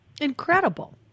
Incredible